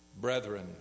Brethren